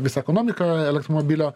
visą ekonomiką elektromobilio